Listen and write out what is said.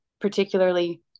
particularly